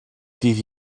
ddydd